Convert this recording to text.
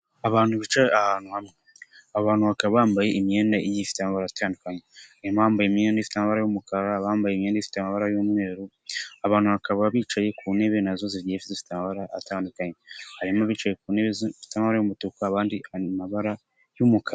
Abantu bicaye ahantu hamwe, abo bantu bakaba bambaye imyenda igiye ifite amabara atandukanye, harimo abambaye imyenda ifite amabara y'umukara, abambaye imyenda ifite amabara y'umweru, abantu bakaba bicaye ku ntebe nazo zigiye zifite amabara atandukanye, harimo abicaye kuntebe zifite amabara y'umutuku abandi amabara y'umukara.